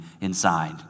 inside